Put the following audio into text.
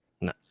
No